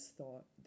thought